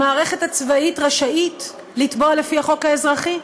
המערכת הצבאית רשאית לתבוע לפי החוק האזרחי,